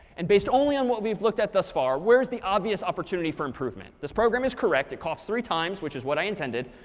and based only on what we've looked at thus far, where is the obvious opportunity for improvement. this program is correct. it coughs three times, which is what i intended.